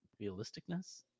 realisticness